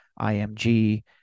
IMG